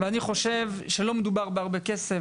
ואני חושב שלא מדובר בהרבה כסף,